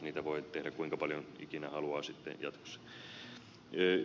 niitä voi tehdä kuinka paljon ikinä haluaa sitten jatkossa